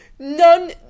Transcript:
none